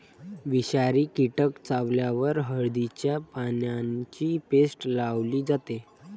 विषारी कीटक चावल्यावर हळदीच्या पानांची पेस्ट लावली जाते